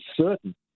certain